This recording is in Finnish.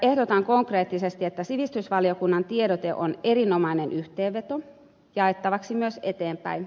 ehdotan konkreettisesti että sivistysvaliokunnan tiedote on erinomainen yhteenveto jaettavaksi myös eteenpäin